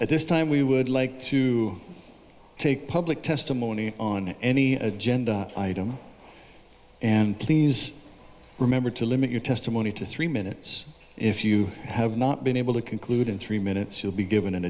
at this time we would like to take public testimony on any agenda item and please remember to limit your testimony to three minutes if you have not been able to conclude in three minutes you'll be given an